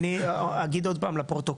אני אגיד עוד פעם לפרוטוקול,